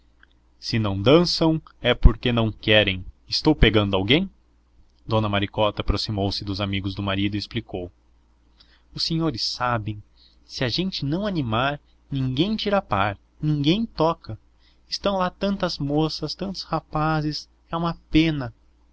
se não dançam é porque não querem estou pegando alguém dona maricota aproximou-se dos amigos do marido e explicou os senhores sabem se a gente não animar ninguém tira par ninguém toca estão lá tantas moças tantos rapazes é uma pena